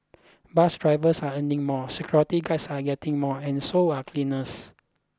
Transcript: bus drivers are earning more security guards are getting more and so are cleaners